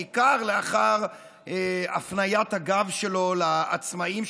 בעיקר לאחר הפניית הגב שלו לעצמאים,